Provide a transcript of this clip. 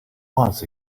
was